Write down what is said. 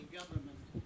government